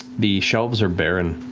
the shelves are barren.